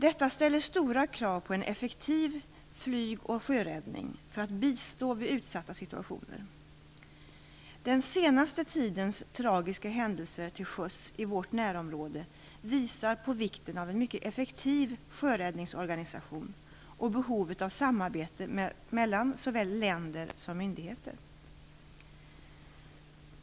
Detta ställer stora krav på en effektiv flyg och sjöräddning för att bistå vid utsatta situationer. Den senaste tidens tragiska händelser till sjöss i vårt närområde visar på vikten av en mycket effektiv sjöräddningsorganisation och behovet av samarbete mellan såväl länder som myndigheter.